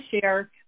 share